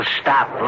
stop